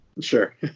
sure